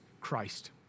Christ